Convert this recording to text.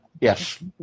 Yes